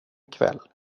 kväll